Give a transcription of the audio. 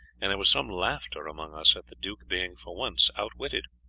and there was some laughter among us at the duke being for once outwitted.